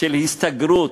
של הסתגרות,